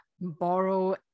borrow